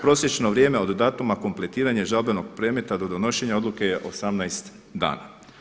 Prosječan vrijeme od datuma kompletiranja i žalbenog predmeta do donošenja odluke je 18 dana.